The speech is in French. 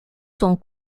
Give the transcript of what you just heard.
sont